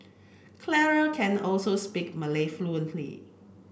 Clara can also speak Malay fluently